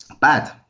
Bad